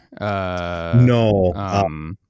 No